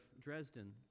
Dresden